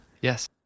Yes